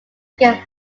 against